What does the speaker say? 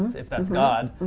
if that is god,